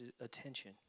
attention